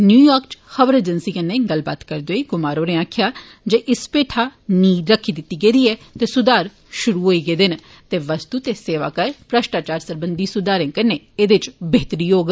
new York इच खबर agency कन्नै गल्लबात करदे होई कुमार होरें आक्खेया जे इस पैठा नीह् रक्खी दित्ती गेदी ऐ सुधार पुरू होई गेय न ते वस्तु ते सेवा कर भ्रश्टाचार सरबंधी सुधारे कन्नै ऐदे इच बेहतरी होई ऐ